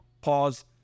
pause